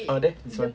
ah there this one